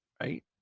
Right